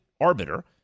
arbiter